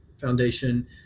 foundation